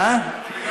אדוני